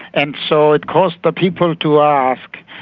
and so it caused the people to ask,